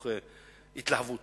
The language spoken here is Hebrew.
מתוך התלהבות,